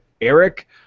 Eric